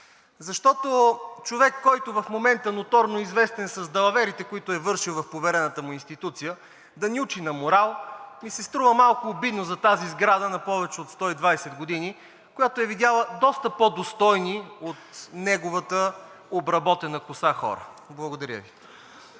Защото, човек, който в момента моторно е известен с далаверите, които е вършил в поверената му институция, да ни учи на морал, ми се струва малко обидно за тази сграда на повече от 120 години, която е видяла доста по-достойни от неговата обработена коса хора. Благодаря Ви.